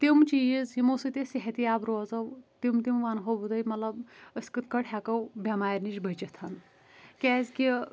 تِم چیٖز یِمو سۭتۍ أسۍ صحتیاب روزو تِم تِم وَنہو بہٕ تۄہہِ مطلَب أسۍ کِتھ کٲٹھۍ ہیکو بٮ۪مارۍ نِش بٕچِتَھ کیازکہِ